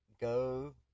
go